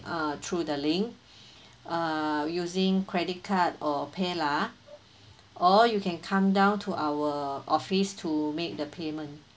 err through the link err using credit card or paylah or you can come down to our office to make the payment